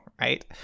right